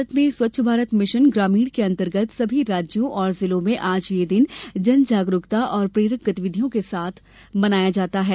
भारत में स्वच्छ भारत मिशन ग्रामीण के अंतर्गत सभी राज्यों और जिलों में आज यह दिन जन जागरूकता और प्रेरक गतिविधियों के साथ मनाया जाएगा